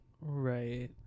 Right